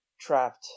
trapped